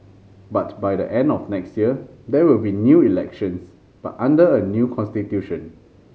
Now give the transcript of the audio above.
but by the end of next year there will be new elections but under a new constitution